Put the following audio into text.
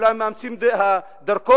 וכולם מאמצים את דרכו.